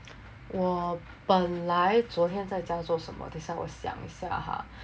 我本来昨天在家做什么等下我想一下 uh